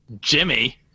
jimmy